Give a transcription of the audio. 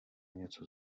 něco